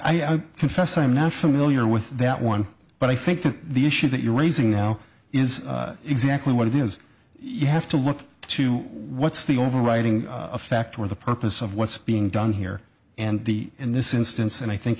i'll confess i'm not familiar with that one but i think that the issue that you're raising now is exactly what it is you have to look to what's the overriding effect or the purpose of what's being done here and the in this instance and i think